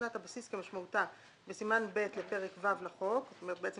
שנת הבסיס כמשמעותה בסימן ב' לפרק ו' לחוק תהיה